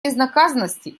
безнаказанности